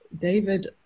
David